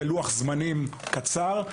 בלוח זמנים קצר,